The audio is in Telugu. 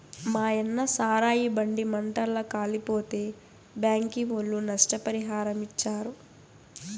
మాయన్న సారాయి బండి మంటల్ల కాలిపోతే బ్యాంకీ ఒళ్ళు నష్టపరిహారమిచ్చారు